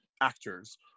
Actors